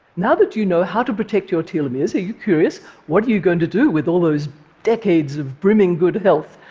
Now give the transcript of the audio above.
now that you know how to protect your telomeres, are you curious what are you going to do with all those decades of brimming good health?